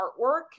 artwork